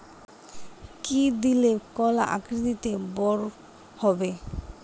কি দিলে কলা আকৃতিতে বড় হবে?